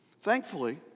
Thankfully